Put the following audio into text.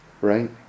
right